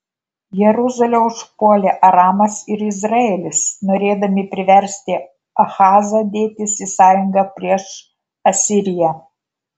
jeruzalę užpuolė aramas ir izraelis norėdami priversti ahazą dėtis į sąjungą prieš asiriją